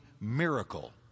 miracle